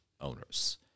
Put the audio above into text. owners